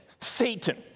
Satan